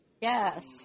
yes